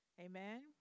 Amen